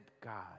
God